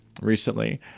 recently